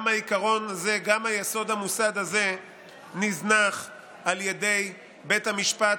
גם היסוד המוסד הזה נזנח על ידי בית המשפט,